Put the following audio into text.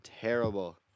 Terrible